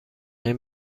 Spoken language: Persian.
این